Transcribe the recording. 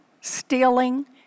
stealing